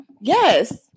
Yes